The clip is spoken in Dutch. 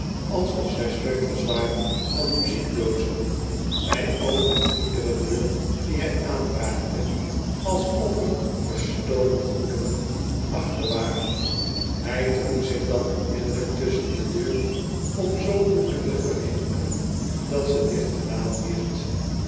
alsof zij sleutels waren van muziekdoozen hij opende iedere deur die hij aanraakte alsof er gestolen goederen achter waren hij drong zich dan onmiddellijk tusschen de deur om zoodoende te verhinderen dat ze dicht gedaan wierd